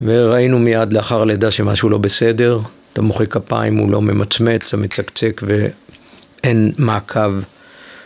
וראינו מיד לאחר הלידה שמשהו לא בסדר, אתה מוחא כפיים, הוא לא ממצמץ, אתה מצקצק ואין מעקב.